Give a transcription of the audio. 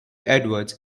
edwards